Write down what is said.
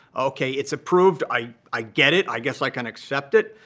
ok, it's approved. i i get it. i guess i can accept it.